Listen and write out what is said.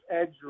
edge